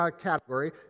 category